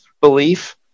belief